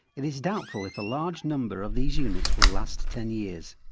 it is doubtful if a large number of these units will last ten years.